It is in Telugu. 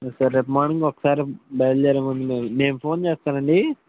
సరే రేపు మార్నింగ్ ఒకసారి బయలుదేరేముందు నేను ఫోన్ చేస్తానండి